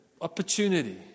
opportunity